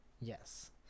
yes